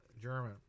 German